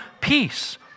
peace